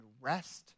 rest